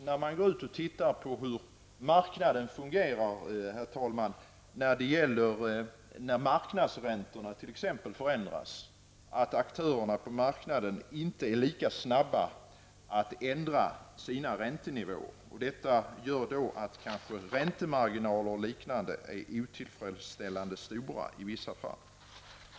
När man studerar hur marknaden fungerar, t.ex. när marknadsräntorna förändras, finner man, det är helt klart, att aktörerna på marknaden inte är lika snabba med att ändra sina räntenivåer. Det gör att räntemarginaler och liknande kan vara otillfredsställande stora i vissa fall.